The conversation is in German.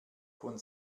von